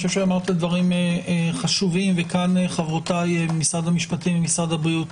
אני חושב שאמרת דברים חשובים וחברותיי ממשרד המשפטים והבריאות,